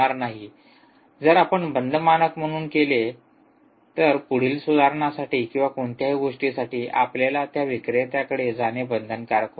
जर आपण बंद मानक म्हणून केले तर पुढील सुधारणांसाठी किंवा कोणत्याही गोष्टींसाठी आपल्याला त्या विक्रेत्याकडे जाणे बंधनकारक होते